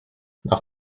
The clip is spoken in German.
nach